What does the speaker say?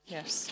Yes